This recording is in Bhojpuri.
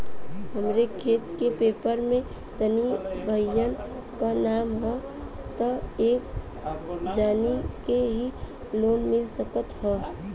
हमरे खेत के पेपर मे तीन भाइयन क नाम ह त का एक जानी के ही लोन मिल सकत ह?